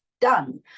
done